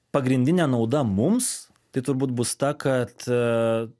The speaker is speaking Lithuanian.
pagrindinė nauda mums tai turbūt bus ta kad